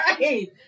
Right